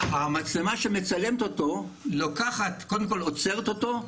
המצלמה שמצלמת אותו עוצרת אותו,